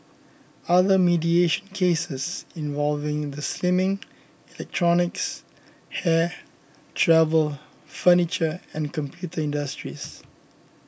other mediation cases involved the slimming electronics hair travel furniture and computer industries